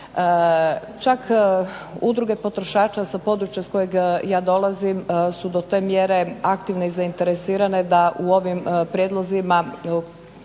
Čak udruge potrošača sa područja s kojeg ja dolazim su do te mjere aktivne i zainteresirane da u ovim prijedlozima